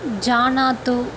जानातु